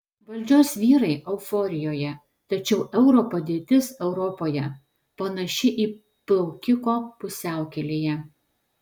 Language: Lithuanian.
valdžios vyrai euforijoje tačiau euro padėtis europoje panaši į plaukiko pusiaukelėje